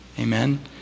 Amen